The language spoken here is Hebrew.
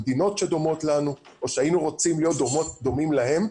במדינות דומות לנו או שהיינו רוצים להיות דומים להן.